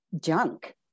junk